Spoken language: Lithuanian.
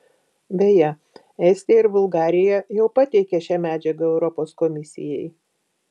beje estija ir bulgarija jau pateikė šią medžiagą europos komisijai